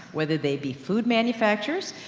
whether they be food manufacturers,